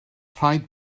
rhaid